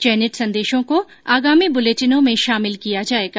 चयनित संदेशों को आगामी बुलेटिनों में शामिल किया जाएगा